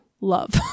love